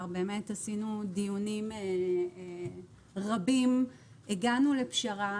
באמת עשינו דיונים רבים והגענו לפשרה.